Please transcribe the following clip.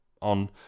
on